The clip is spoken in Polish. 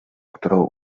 którą